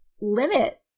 limit